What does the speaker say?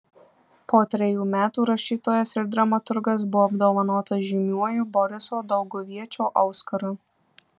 po trejų metų rašytojas ir dramaturgas buvo apdovanotas žymiuoju boriso dauguviečio auskaru